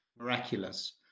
Miraculous